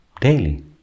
daily